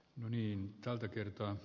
no niin tältä kertoo